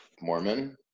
Mormon